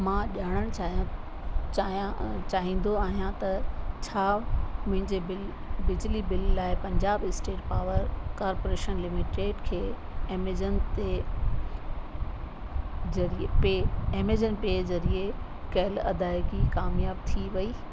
मां ॼाणणु चाहियां चाहियां चाहींदो आहियां त छा मुंहिंजे बिल बिजली बिल लाइ Punjab state power corporation limited खे एमेजॉन ते ज़रिए एमेजॉन पे ज़रिए कयल अदाइगी कामयाबु थी वई